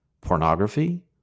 pornography